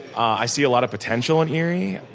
i see a lot of potential in erie.